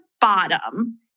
bottom